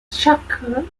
shakur